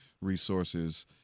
resources